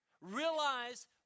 realize